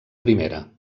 primera